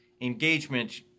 engagement